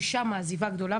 ששם העזיבה גדולה,